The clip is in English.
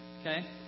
Okay